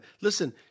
Listen